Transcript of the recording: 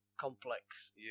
complex